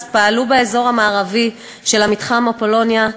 פעלו באזור המערבי של מתחם אפולוניה,